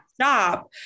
stop